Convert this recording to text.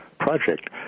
Project